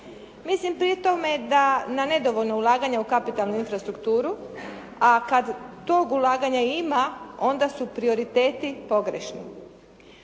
Mislim pri tome da na nedovoljno ulaganje u kapitalnu infrastrukturu, a kada toga ulaganja ima, onda su prioriteti pogrešni.